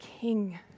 king